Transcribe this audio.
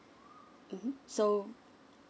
mmhmm so